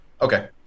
Okay